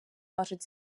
можуть